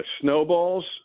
snowballs